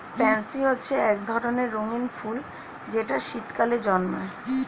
pansy হচ্ছে এক ধরনের রঙিন ফুল যেটা শীতকালে জন্মায়